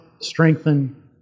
strengthen